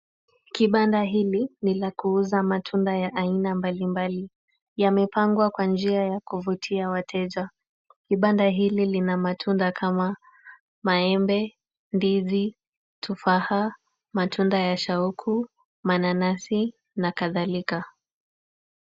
Kibanda hili ni la kuuza matunda ya aina mbalimbali. Yamepangwa kwa njia ya kuvutia wateja. Kibanda hili lina matunda kama maembe, ndizi, tufaha, matunda ya shauku, mananasi na kadhalika.